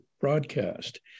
broadcast